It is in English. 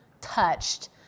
touched